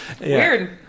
weird